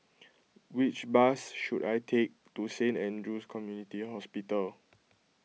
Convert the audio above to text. which bus should I take to Saint andrew's Community Hospital